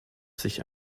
sich